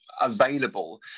available